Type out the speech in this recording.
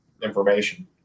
information